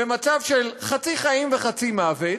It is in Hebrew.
במצב של חצי חיים וחצי מוות,